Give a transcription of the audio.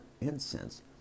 incense